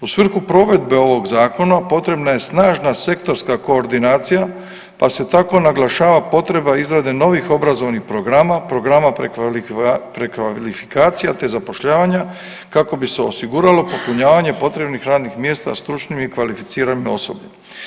U svrhu provedbe ovog zakona potrebna je snažna sektorska koordinacija, pa se tako naglašava potreba izrade novih obrazovnih programa, programa prekvalifikacija, te zapošljavanja kako bi se osiguralo popunjavanje potrebnih radnih mjesta stručnim i kvalificiranim osobljem.